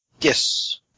Yes